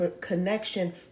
connection